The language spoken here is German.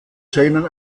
seinen